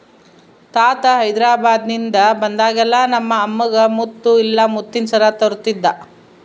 ತಾತ ಹೈದೆರಾಬಾದ್ನಿಂದ ಬಂದಾಗೆಲ್ಲ ನಮ್ಮ ಅಮ್ಮಗ ಮುತ್ತು ಇಲ್ಲ ಮುತ್ತಿನ ಸರ ತರುತ್ತಿದ್ದ